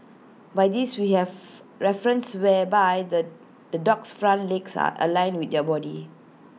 by this we have reference whereby the the dog's front legs are aligned with your body